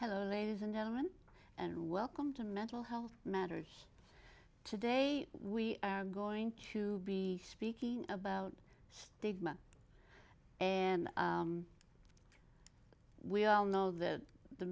hello ladies and gentlemen and welcome to mental health matters today we are going to be speaking about stigma and we all know that the